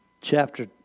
Chapter